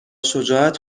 شجاعت